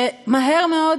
שמהר מאוד